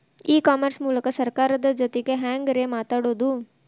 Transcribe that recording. E commerce ಮೂಲಕ ಸರ್ಕಾರದ ಜೊತಿಗೆ ಹ್ಯಾಂಗ್ ರೇ ಮಾತಾಡೋದು?